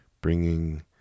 bringing